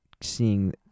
seeing